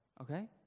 okay